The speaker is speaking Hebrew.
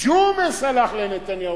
ג'ומס הלך לנתניהו.